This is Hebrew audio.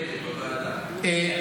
אגב, העלינו את זה גם בוועדה לזכויות הילד.